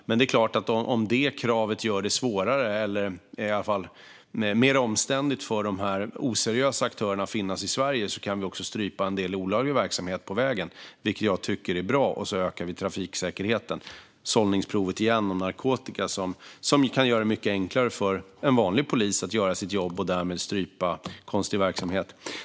Men det är klart att om detta krav gör det svårare eller i alla fall mer omständligt för dessa oseriösa aktörer att finnas i Sverige kan vi också strypa en del olaglig verksamhet på vägen, vilket jag tycker är bra. Då ökar vi trafiksäkerheten. Det handlar återigen om sållningsprov av narkotika som gör att vi kan göra det mycket enklare för en vanlig polis att göra sitt jobb och därmed strypa konstig verksamhet.